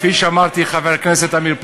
כפי שאמרתי, חבר הכנסת עמיר פרץ,